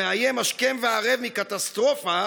המאיים השכם והערב מקטסטרופה,